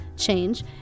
change